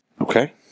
Okay